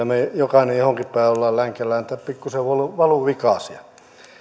me jokainen johonkin päin olemme länkällään tai pikkusen valuvikaisia